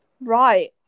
right